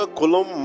kolom